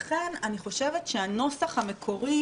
לכן אני חושבת שהנוסח המקורי,